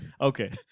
okay